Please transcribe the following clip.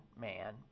man